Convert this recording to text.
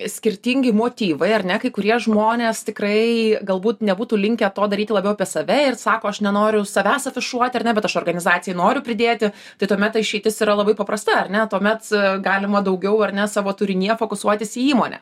skirtingi motyvai ar ne kai kurie žmonės tikrai galbūt nebūtų linkę to daryti labiau apie save ir sako aš nenoriu savęs afišuoti ar ne bet aš organizacijai noriu pridėti tai tuomet ta išeitis yra labai paprasta ar ne tuomet galima daugiau ar ne savo turinyje fokusuotis į įmonę